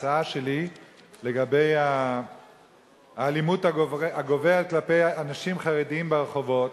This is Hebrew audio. ההצעה שלי לגבי האלימות הגוברת כלפי אנשים חרדים ברחובות.